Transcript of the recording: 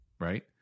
Right